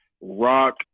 rock